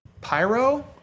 Pyro